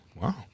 Wow